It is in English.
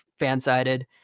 FanSided